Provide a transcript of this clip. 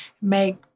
make